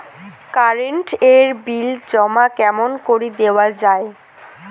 Current এর bill জমা কেমন করি দেওয়া যায়?